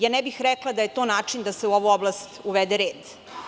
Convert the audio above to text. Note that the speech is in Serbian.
Ne bih rekla da je to način da se u ovu oblast uvede red.